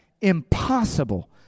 impossible